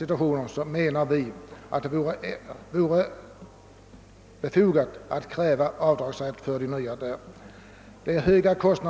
bakgrund menar vi att det är befogat att kräva avdragsrätt för kostnaderna vid omplantering.